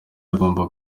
agomba